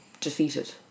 defeated